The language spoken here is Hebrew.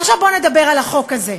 ועכשיו בוא נדבר על החוק הזה,